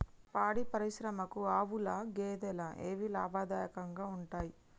పాడి పరిశ్రమకు ఆవుల, గేదెల ఏవి లాభదాయకంగా ఉంటయ్?